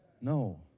No